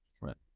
Right